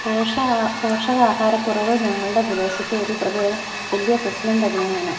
പോഷഹാ പോഷകാഹാരക്കുറവ് ഞങ്ങളുടെ പ്രദേശത്തെ ഒരു പ്രധേ വലിയ പ്രശ്നം തന്നെയാണ്